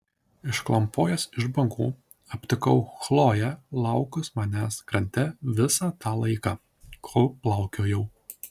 išklampojęs iš bangų aptikau chloję laukus manęs krante visą tą laiką kol plaukiojau